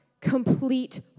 Complete